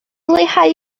leihau